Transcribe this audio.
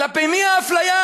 כלפי מי האפליה?